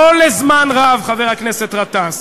לא לזמן רב, חבר הכנסת גטאס.